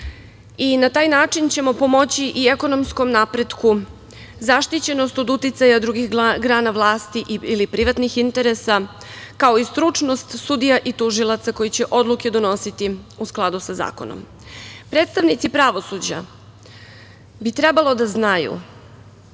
i na taj način ćemo pomoći i ekonomskom napretku, zaštićenost od uticaja drugih grana vlasti ili privatnih interesa, kao i stručnost sudija i tužilaca koji će odluke donositi u skladu sa zakonom. Predstavnici pravosuđa bi trebali da znaju